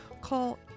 call